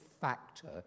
factor